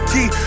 Key